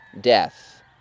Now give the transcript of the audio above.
death